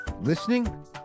listening